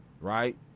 Right